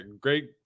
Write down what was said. great